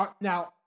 now